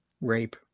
rape